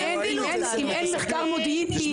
אם אין מחקר מודיעין,